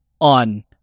on